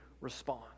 respond